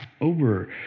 over